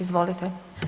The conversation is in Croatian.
Izvolite.